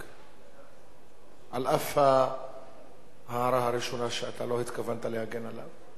על אף ההערה הראשונה, שאתה לא התכוונת להגן עליהם.